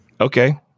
Okay